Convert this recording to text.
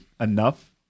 enough